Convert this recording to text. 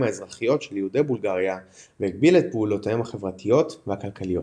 האזרחיות של יהודי בולגריה והגביל את פעולותיהם החברתיות והכלכליות.